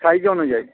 size অনুযায়ী